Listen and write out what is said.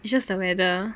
it's just the weather